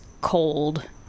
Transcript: cold